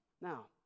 Now